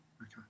Okay